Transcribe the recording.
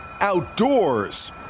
outdoors